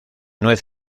nuez